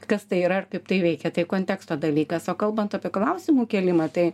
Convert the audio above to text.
kas tai yra ir kaip tai veikia tai konteksto dalykas o kalbant apie klausimų kėlimą tai